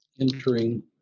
entering